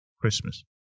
Christmas